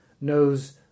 knows